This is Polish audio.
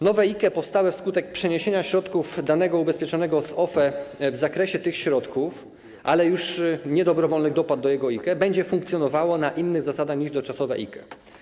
Nowe IKE powstałe wskutek przeniesienia środków danego ubezpieczonego z OFE w zakresie tych środków, ale już nie dobrowolnych dopłat do jego IKE, będzie funkcjonowało na innych zasadach niż dotychczasowe IKE.